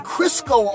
Crisco